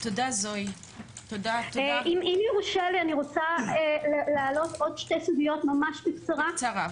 אני רוצה לעלות עוד שתי סוגיות בקצרה.